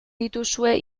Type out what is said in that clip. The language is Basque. dituzue